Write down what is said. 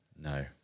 no